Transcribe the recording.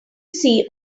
see